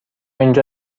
اینجا